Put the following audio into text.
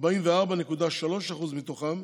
כ-44.3% מתוכם,